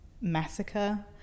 massacre